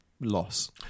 loss